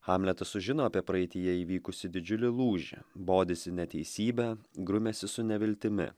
hamletas sužino apie praeityje įvykusį didžiulį lūžį bodisi neteisybe grumiasi su neviltimi